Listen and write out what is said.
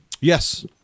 Yes